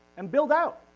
and build out.